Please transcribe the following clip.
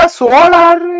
solar